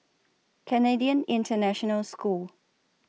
Canadian International School